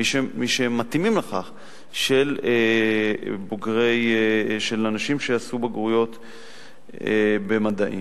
מי שמתאימים לכך, של אנשים שעשו בגרויות במדעים.